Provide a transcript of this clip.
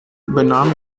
übernahm